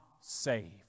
saved